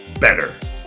better